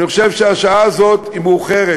אני חושב שהשעה מאוחרת,